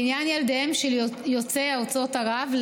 לעניין ילדיהם של יוצאי ארצות ערב,